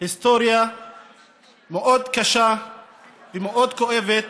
היסטוריה מאוד קשה ומאוד כואבת